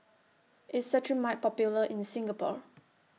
IS Cetrimide Popular in Singapore